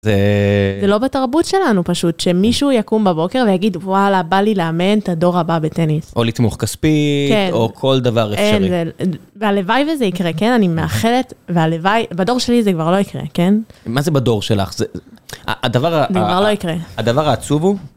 זה לא בתרבות שלנו פשוט, שמישהו יקום בבוקר ויגיד וואלה בא לי לאמן את הדור הבא בטניס. או לתמוך כספית, או כל דבר אפשרי. והלוואי וזה יקרה, כן? אני מאחלת, והלוואי, בדור שלי זה כבר לא יקרה, כן? מה זה בדור שלך? זה כבר לא יקרה, הדבר העצוב הוא..